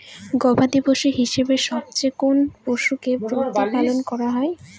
গবাদী পশু হিসেবে সবচেয়ে কোন পশুকে প্রতিপালন করা হয়?